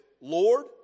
Lord